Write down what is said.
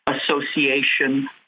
Association